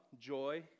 joy